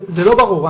זה לא ברור,